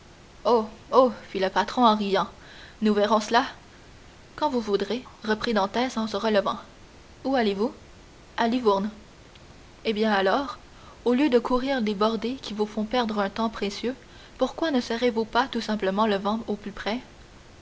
fit le patron en riant nous verrons cela quand vous voudrez reprit dantès en se relevant où allez-vous à livourne eh bien alors au lieu de courir des bordées qui vous font perdre un temps précieux pourquoi ne serrez-vous pas tout simplement le vent au plus près